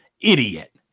idiot